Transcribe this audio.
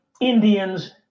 Indians